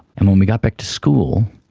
and when we got back to school